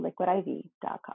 liquidiv.com